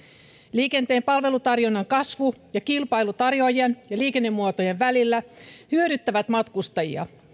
liikenteen palvelutarjonnan kasvu ja kilpailu tarjoajan ja liikennemuotojen välillä hyödyttävät matkustajia